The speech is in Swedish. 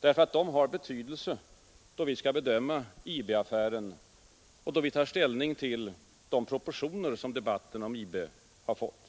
därför att de har betydelse då vi skall bedöma IB-affären och de proportioner som debatten om IB har fått.